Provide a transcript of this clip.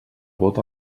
vot